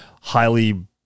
highly